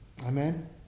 Amen